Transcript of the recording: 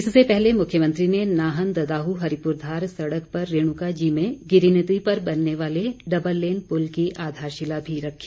इससे पहले मुख्यमंत्री ने नाहन ददाहू हरिपुरधार सड़क पर रेणुका जी में गिरी नदी पर बनने वाले डबललेन पुल की आधारशिला भी रखी